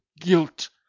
guilt